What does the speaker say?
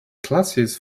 classes